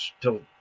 till